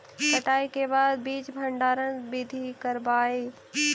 कटाई के बाद बीज भंडारन बीधी करबय?